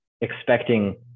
expecting